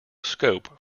scope